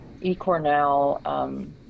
eCornell